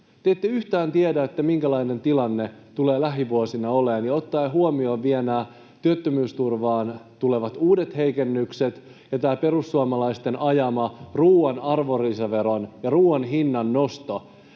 Te ette yhtään tiedä, minkälainen tilanne tulee lähivuosina olemaan, ottaen huomioon vielä nämä työttömyysturvaan tulevat uudet heikennykset ja perussuomalaisten ajaman ruuan arvonlisäveron ja ruuan hinnan noston.